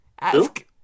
ask